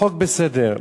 החוק בסדר.